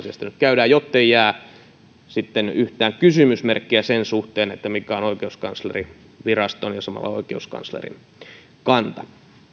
käydään jottei jää sitten yhtään kysymysmerkkiä sen suhteen mikä on oikeuskanslerinviraston ja samalla oikeuskanslerin kanta